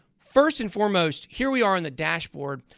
first and foremost, here we are on the dashboard.